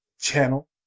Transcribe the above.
channel